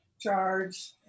charge